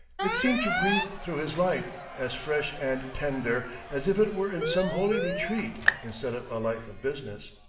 it seemed to breathe through his life as fresh and tender as if it were in some holy retreat, instead of a life of business.